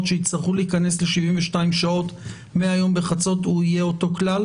שיצטרכו להיכנס ל-72 שעות מהיום בחצות יהיה אותו כלל?